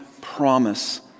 promise